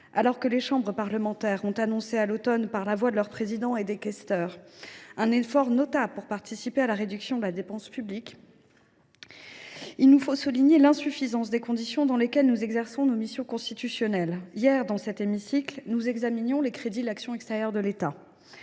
Alors que les deux chambres du Parlement ont annoncé dès l’automne dernier, par la voix de leurs présidents et de questeurs, un effort notable de participation à la réduction de la dépense publique, il nous faut souligner l’insuffisance des conditions dans lesquelles nous exerçons nos missions constitutionnelles. Ainsi, dans cet hémicycle, nous examinions hier les crédits de la mission « Action extérieure de l’État